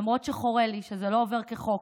למרות שחורה לי שזה לא עובר כחוק,